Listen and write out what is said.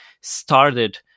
started